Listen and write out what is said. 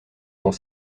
sont